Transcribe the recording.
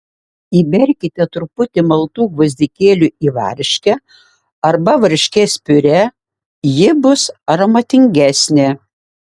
įberkite truputį maltų gvazdikėlių į varškę arba varškės piurė ji bus aromatingesnė